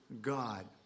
God